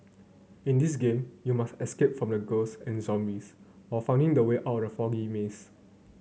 in this game you must escape from ghosts and zombies while finding the way out of the foggy maze